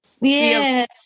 Yes